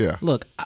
look